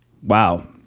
wow